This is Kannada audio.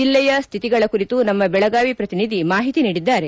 ಜಿಲ್ಲೆಯ ಸ್ಥಿತಿಗಳ ಕುರಿತು ನಮ್ಮ ಬೆಳಗಾವಿ ಪ್ರತಿನಿಧಿ ಮಾಹಿತಿ ನೀಡಿದ್ದಾರೆ